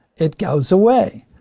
it goes away.